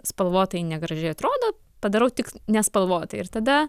spalvotai negražiai atrodo padarau tik nespalvotai ir tada